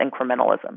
incrementalism